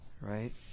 Right